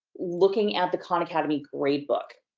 looking at the khan academy gradebook.